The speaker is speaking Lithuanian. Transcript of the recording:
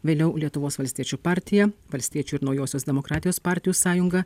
vėliau lietuvos valstiečių partija valstiečių ir naujosios demokratijos partijų sąjunga